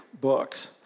books